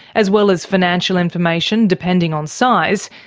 as well as financial information depending on size,